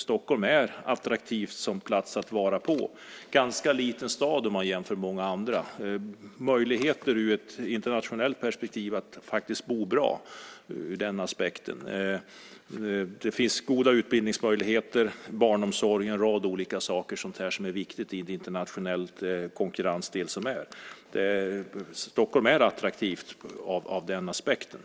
Stockholm är en attraktiv plats att finnas på, och Stockholm är en ganska liten stad jämfört med många andra. Här finns möjligheter att i ett internationellt perspektiv bo bra. Det finns goda utbildningsmöjligheter, barnomsorg och en rad sådana saker som är viktiga i den internationella konkurrensen. Stockholm är attraktivt från den aspekten.